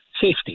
safety